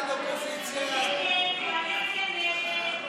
הצעת סיעות יש עתיד-תל"ם